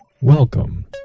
Welcome